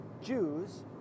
Jews